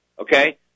okay